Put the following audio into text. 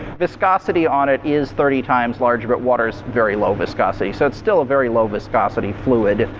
viscosity on it is thirty times larger. but water is very low viscosity so it's still very low viscosity fluid.